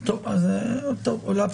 הוטלו עיקולים,